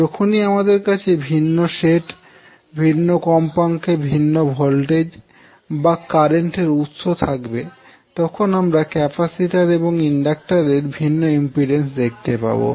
যখনই আমাদের কাছে ভিন্ন সেট ভিন্ন কম্পাঙ্কে ভিন্ন ভোল্টেজ বা কারেন্ট এর উৎস থাকবে তখন আমরা ক্যাপাসিটর এবং ইন্ডাক্টর এর ভিন্ন ইম্পিডেন্স দেখতে পাবো